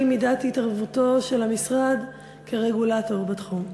3. מה היא מידת התערבותו של המשרד כרגולטור בתחום?